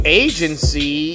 agency